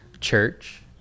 church